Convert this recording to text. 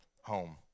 home